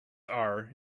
are